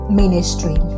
ministry